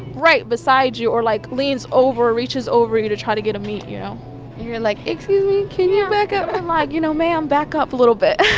right beside you or, like, leans over, reaches over you to try to get a meat, you know? you're, like, excuse me, can you back up? and, like, you know, ma'am, back up a little bit.